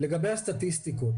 לגבי הסטטיסטיקות,